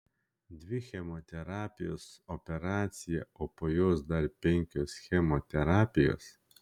dvi chemoterapijos operacija o po jos dar penkios chemoterapijos